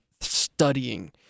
studying